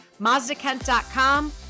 Mazdakent.com